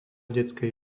detskej